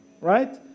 right